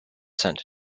sent